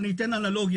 אבל אני אתן אנלוגיה,